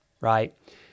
right